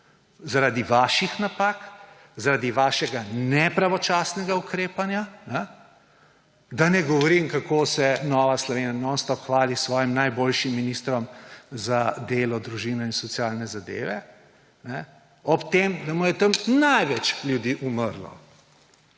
zaradi vaših napak, zaradi vašega nepravočasnega ukrepanja, da ne govorim, kako se Nova Slovenija nonstop hvali s svojimi najboljšim ministrom za delo, družino in socialne zadeve, ob tem da mu je tam največ ljudi umrlo